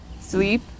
sleep